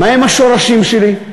מה הם השורשים שלי,